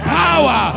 power